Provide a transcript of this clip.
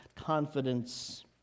confidence